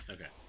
Okay